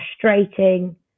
frustrating